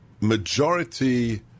majority